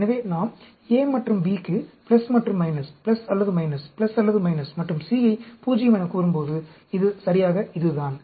எனவே நாம் A மற்றும் B க்கு மற்றும் அல்லது அல்லது மற்றும் C ஐ 0 எனக் கூறும்போது இது சரியாக இதுதான்